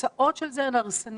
התוצאות של זה הן הרסניות,